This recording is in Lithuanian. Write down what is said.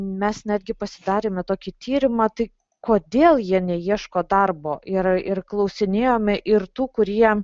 mes netgi pasidarėme tokį tyrimą tai kodėl jie neieško darbo yra ir klausinėjome ir tų kurie